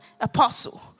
apostle